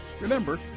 Remember